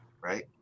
right